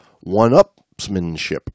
one-upsmanship